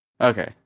Okay